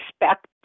expect